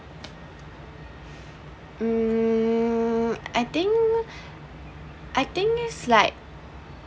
um I think I think is like